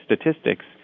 statistics